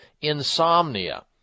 insomnia